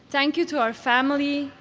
thank you to our family,